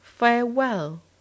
Farewell